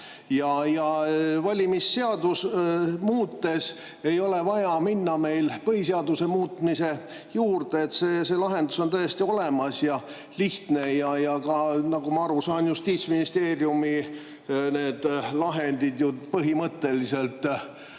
Valimisseadust muutes ei ole vaja minna meil põhiseaduse muutmise juurde. See lahendus on täiesti olemas ja lihtne ja nagu ma aru saan, ka Justiitsministeeriumi lahendid põhimõtteliselt